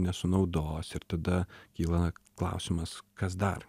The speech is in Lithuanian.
nesunaudos ir tada kyla klausimas kas dar